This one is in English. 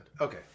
Okay